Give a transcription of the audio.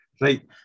Right